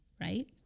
Right